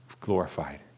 glorified